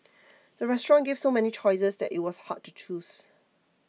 the restaurant gave so many choices that it was hard to choose